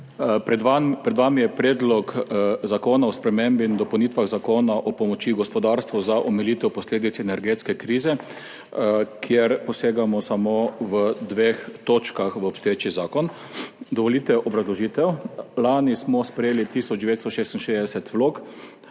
Pred vami je Predlog zakona o spremembi in dopolnitvah Zakona o pomoči gospodarstvu za omilitev posledic energetske krize, kjer posegamo samo v dve točki obstoječega zakona. Dovolite obrazložitev. Lani smo sprejeli tisoč 966 vlog,